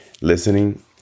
Listening